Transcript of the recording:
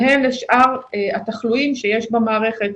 והן לשאר התחלואים שיש במערכת,